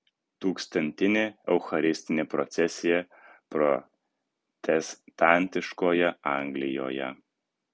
tūkstantinė eucharistinė procesija protestantiškoje anglijoje